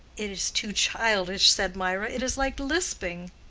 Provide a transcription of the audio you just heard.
it is too childish, said mirah. it is like lisping.